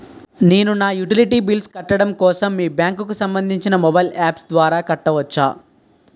నేను నా utility bills కట్టడం కోసం మీ బ్యాంక్ కి సంబందించిన మొబైల్ అప్స్ ద్వారా కట్టవచ్చా?